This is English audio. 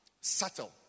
subtle